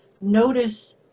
notice